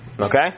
okay